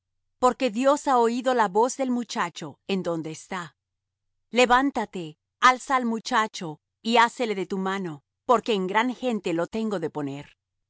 porque dios ha oído la voz del muchacho en donde está levántate alza al muchacho y ásele de tu mano porque en gran gente lo tengo de poner